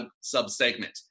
sub-segment